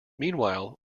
meanwhile